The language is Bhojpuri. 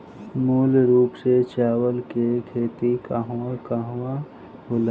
मूल रूप से चावल के खेती कहवा कहा होला?